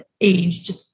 aged